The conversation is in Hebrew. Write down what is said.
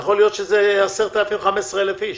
יכול להיות שיש 15,000-10,000 איש.